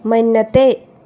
मन्यते